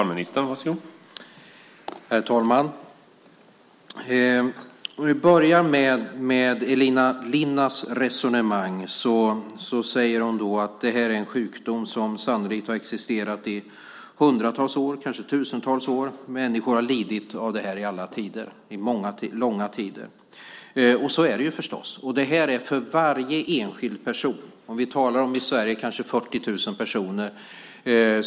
Herr talman! Vi kan börja med Elina Linnas resonemang. Hon säger att det här är en sjukdom som sannolikt har existerat i hundratals år, kanske i tusentals år. Människor har lidit av det här i alla tider, i långa tider. Och så är det förstås. I Sverige talar vi om kanske 40 000 personer.